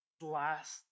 last